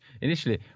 Initially